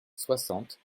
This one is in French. soixante